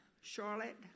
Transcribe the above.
Charlotte